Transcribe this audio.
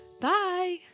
Bye